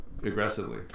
aggressively